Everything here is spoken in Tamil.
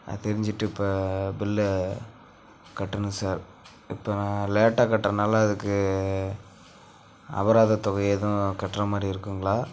தெரிஞ்சுட்டு இப்போ பில்லு கட்டணும் சார் இப்போ நான் லேட்டாக கட்டுறனால அதுக்கு அபராத தொகை எதுவும் கட்டுற மாதிரி இருக்குதுங்களா